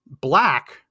black